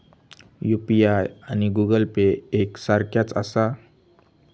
UPI आणि Google Pay एक सारख्याच आसा?